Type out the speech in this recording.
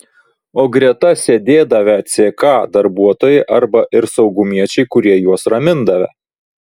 o greta sėdėdavę ck darbuotojai arba ir saugumiečiai kurie juos ramindavę